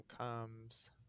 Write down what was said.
comes